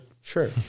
Sure